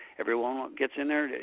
everyone gets in there,